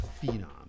phenom